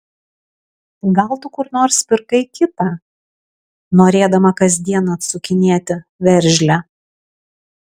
gal tu kur nors pirkai kitą norėdama kasdien atsukinėti veržlę